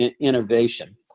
innovation